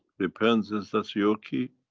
depends is that your key?